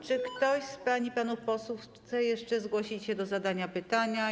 Czy ktoś z pań i panów posłów chce jeszcze zgłosić się do zadania pytania?